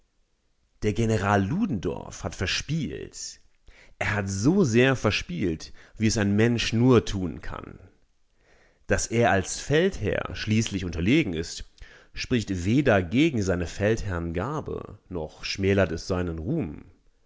der general ludendorff hat verspielt er hat so sehr verspielt wie es ein mensch nur tun kann daß er als feldherr schließlich unterlegen ist spricht weder gegen seine feldherrngabe noch schmälert es seinen ruhm